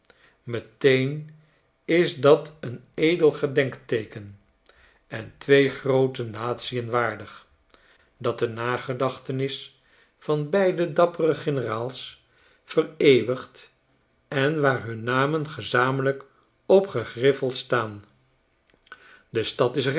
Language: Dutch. meteen is dat een ede gredenkteeken en twee groote natien waardig dat de nagedachtenis van beide dappere generaals vereeuwigt en waar hun namen gezamenlijk op gegriffeld staan de stad is